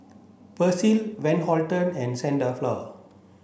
Persil Van Houten and Saint Dalfour